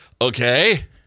okay